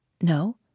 No